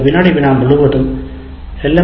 அந்த வினாடி வினா முழுவதும் எல்